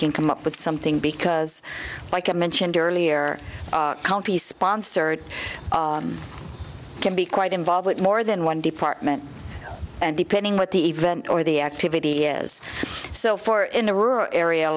can come up with something because like i mentioned earlier our county sponsored can be quite involved at more than one department and depending what the event or the activity is so far in a rural area